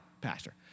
Pastor